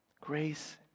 Grace